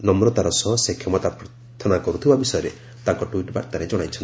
ନର୍ମତାର ସହ ସେ କ୍ଷମତା ପ୍ରାର୍ଥନା କରୁଥିବା ବିଷୟରେ ତାଙ୍କ ଟ୍ପିଟ୍ ବାର୍ତ୍ତାରେ ଜଣାଇଛନ୍ତି